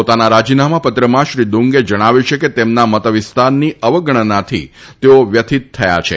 પોતાના રાજીનામા પત્રમાં શ્રી દુંગે જણાવ્યું છે કે તેમના મતવિસ્તારની અવગણનાથી તેઓ વ્યથિત થયા છે